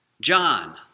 John